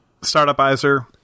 Startupizer